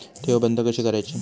ठेव बंद कशी करायची?